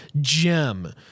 gem